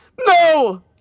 No